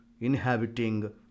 inhabiting